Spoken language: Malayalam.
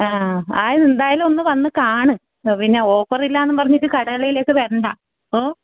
എന്തായലും ഒന്ന് വന്ന് കാണ് ഓ പിന്നെ ഓഫറിലാന്ന് പറഞ്ഞിട്ട് കടകളിലേക്ക് വരണ്ട ഓ